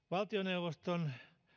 valtioneuvoston